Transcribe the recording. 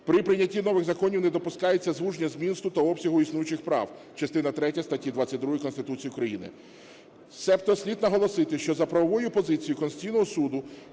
При прийнятті нових законів не допускається звуження змісту та обсягу існуючих прав (частина третя статті 22 Конституції України). Себто слід наголосити, що за правовою позицією Конституційного Суду